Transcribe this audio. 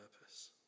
purpose